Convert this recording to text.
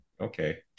okay